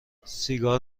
سیگار